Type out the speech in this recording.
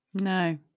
No